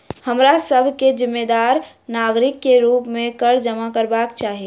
हमरा सभ के जिम्मेदार नागरिक के रूप में कर जमा करबाक चाही